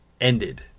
ended